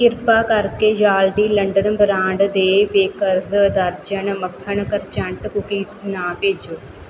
ਕਿਰਪਾ ਕਰਕੇ Yardley London brand ਦੇ ਬੇਕਰਜ਼ ਦਰਜਨ ਮੱਖਣ ਕਰੰਚ ਕੂਕੀਜ਼ ਨਾ ਭੇਜੋ